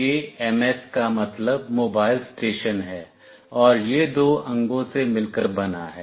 यह MS का मतलब मोबाइल स्टेशन है और यह दो अंगों से मिलकर बना है